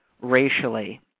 racially